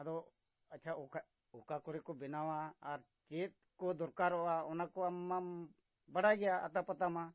ᱟᱫᱚ ᱟᱪᱪᱷᱟ ᱚᱠᱟ ᱚᱠᱟ ᱠᱚᱨᱮ ᱠᱚ ᱵᱮᱱᱟᱣᱟ ᱟᱨ ᱪᱮᱫ ᱠᱚ ᱫᱚᱨᱠᱟᱨᱚᱜᱼᱟ ᱚᱱᱟ ᱠᱚ ᱟᱢ ᱢᱟᱢ ᱵᱟᱰᱟᱭ ᱜᱮᱭᱟ ᱟᱛᱟ ᱯᱟᱛᱟ ᱢᱟ